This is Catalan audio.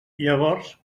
llavors